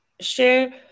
share